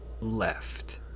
left